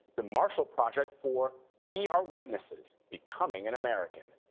the marshall project for we are witnesses becoming an american.